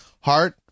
heart